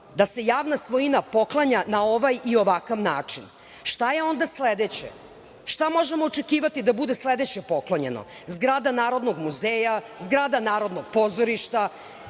da se javna svojina poklanja na ovakav i ovaj način. Šta je onda sledeće, šta možemo očekivati da može da bude sledeće poklonjeno, zgrada Narodnog muzeja, zgrada Narodnog pozorišta?